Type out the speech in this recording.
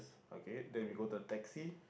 okay then we go to the taxi